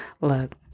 look